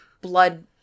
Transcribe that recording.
blood